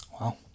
Wow